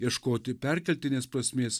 ieškoti perkeltinės prasmės